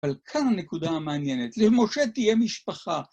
אבל כאן הנקודה המעניינת, למשה תהיה משפחה.